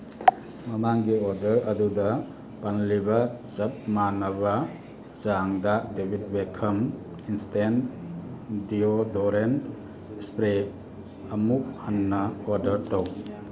ꯃꯃꯥꯡꯒꯤ ꯑꯣꯔꯗꯔ ꯑꯗꯨꯗ ꯄꯜꯂꯤꯕ ꯆꯞ ꯃꯥꯟꯅꯕ ꯆꯥꯡꯗ David Beckham instinct deodorant spray ꯑꯃꯨꯛ ꯍꯟꯅ ꯑꯣꯔꯗꯔ ꯇꯧ